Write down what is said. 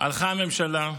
הלכה הממשלה,